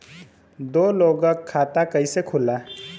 दो लोगक खाता कइसे खुल्ला?